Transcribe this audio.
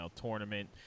tournament